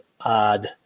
odd